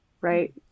Right